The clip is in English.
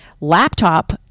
laptop